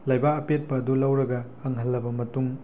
ꯂꯩꯕꯥꯛ ꯑꯄꯦꯠꯄ ꯑꯗꯨ ꯂꯧꯔꯒ ꯀꯪꯍꯜꯂꯕ ꯃꯇꯨꯡ